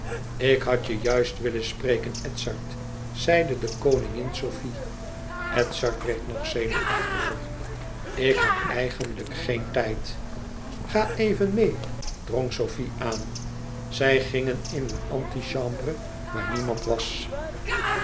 ik had je juist willen spreken edzard zeide de koningin sofie edzard werd nog zenuwachtiger ik heb eigenlijk geen tijd ga even meê drong sofie aan zij gingen in een antichambre waar niemand was